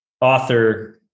author –